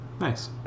Nice